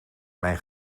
mijn